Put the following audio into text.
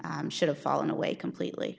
should have fallen away completely